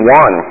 one